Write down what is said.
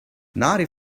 ninety